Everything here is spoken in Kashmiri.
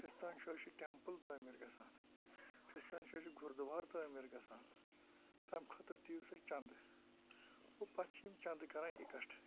فِستٲنۍ جایہِ چھُ ٹیٚمپٕل تعمیٖر گَژھان پھِستٲنۍ جایہِ چھُ گُردُوار تعمیٖر گَژھان تمہِ خٲطرٕ دِیِو سا چَنٛدٕ پَتہٕ چھِ یِم چَنٛدٕ کَران اِکَٹھ